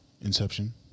Inception